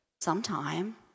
sometime